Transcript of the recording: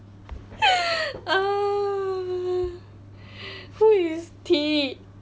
who is T